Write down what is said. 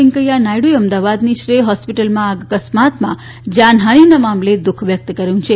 વેંકૈયા નાયડુએ અમદાવાદની શ્રેય હોસ્પિટલમાં આગ અકસ્માતમાં જાનહાનીના મામલે દુખ વ્યક્ત કર્યું છે